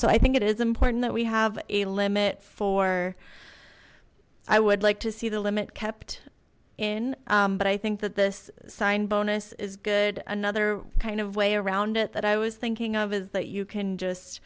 so i think it is important that we have a limit for i would like to see the limit kept in but i think that this sign bonus is good another kind of way around it that i was thinking of is that you can just